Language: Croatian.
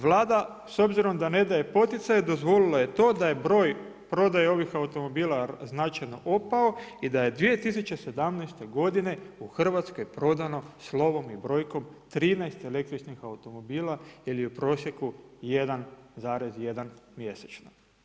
Vlada s obzirom da ne daje poticaje dozvolila je to da je broj prodaje ovih automobila značajno opao i da je 2017. godine u Hrvatskoj prodano slovom i brojkom 13 električnih automobila ili u prosjeku 1,1 mjesečno.